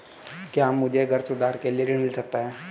क्या मुझे घर सुधार के लिए ऋण मिल सकता है?